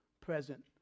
present